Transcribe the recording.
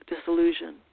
disillusion